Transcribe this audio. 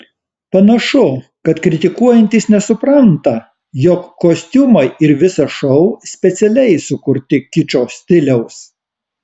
panašu kad kritikuojantys nesupranta jog kostiumai ir visas šou specialiai sukurti kičo stiliaus